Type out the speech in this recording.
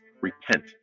repent